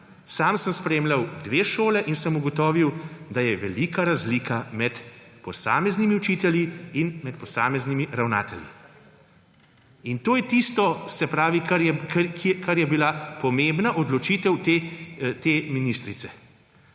Sam sem spremljal dve šoli in sem ugotovil, da je velika razlika med posameznimi učitelji in med posameznimi ravnatelji. In to je tisto, kar je bila pomembna odločitev te ministrice.